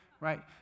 Right